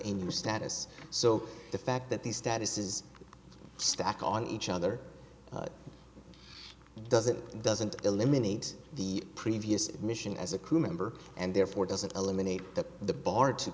a new status so the fact that the status is stacked on each other doesn't and doesn't eliminate the previous mission as a crew member and therefore doesn't eliminate that the bar to